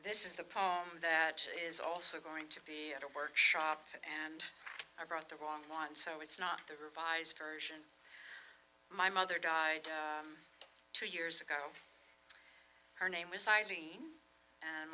this is the poem that is also going to be at a workshop and i brought the wrong one so it's not the revised version my mother died two years ago her name was siding and